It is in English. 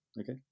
okay